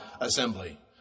assembly